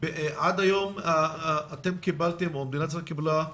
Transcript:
עד היום אתם או מדינת ישראל קיבלה,